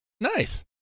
Nice